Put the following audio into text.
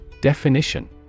Definition